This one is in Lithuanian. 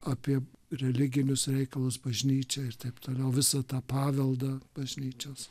apie religinius reikalus bažnyčią ir taip toliau visą tą paveldą bažnyčios